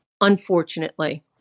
unfortunately